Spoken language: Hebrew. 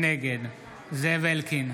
נגד זאב אלקין,